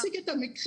רק להציג את המקרה.